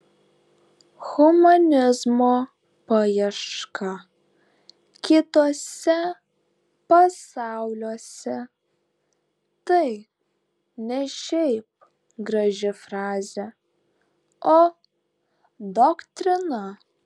humanizmo paieška kituose pasauliuose tai ne šiaip graži frazė o doktrina